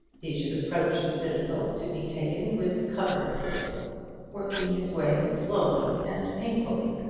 he should approach the citadel to be taken with covered ways working his way slowly and painfully.